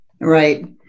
Right